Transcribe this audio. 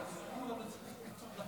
כנסת